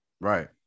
Right